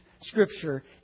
Scripture